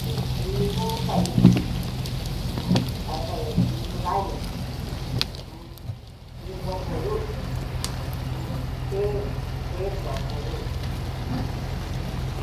E limon kayiiyu ajan kade kaikuiyo kudayu ajan kade kakuiyu kudayu ajan ñii vaporu an te te vaporu ujun.